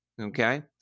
Okay